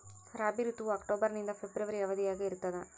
ರಾಬಿ ಋತುವು ಅಕ್ಟೋಬರ್ ನಿಂದ ಫೆಬ್ರವರಿ ಅವಧಿಯಾಗ ಇರ್ತದ